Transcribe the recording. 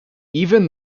even